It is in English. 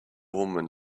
woman